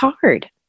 hard